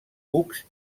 cucs